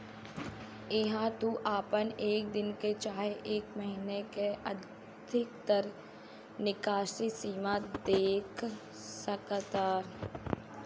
इहा तू आपन एक दिन के चाहे एक महीने के अधिकतर निकासी सीमा देख सकतार